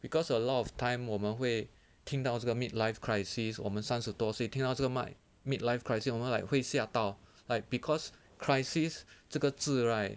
because a lot of time 我们会听到这个 mid life crisis 我们三十多岁听到这个 might mid life crisis 我们 like 会吓到 like because crisis 这个字 right